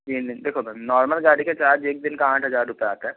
तीन दिन देखो मैम नॉर्मल गाड़ी का चार्ज एक दिन का आठ हजार रुपये आता है